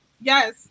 yes